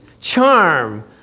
charm